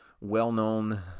well-known